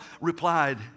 replied